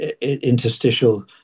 interstitial